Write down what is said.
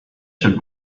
should